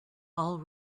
all